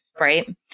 Right